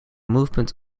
movement